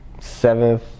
seventh